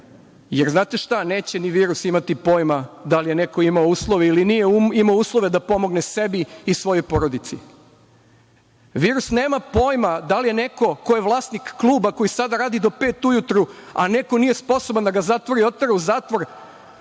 Jer, znate šta, neće ni virus imati pojma da li je neko imao uslove ili nije imao uslove da pomogne sebi svojoj porodici. Virus nema pojma da li je neko ko je vlasnik kluba koji sada radi do pet ujutru, a neko nije sposoban da ga zatvori, otera u zatvor,